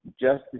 Justice